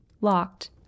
locked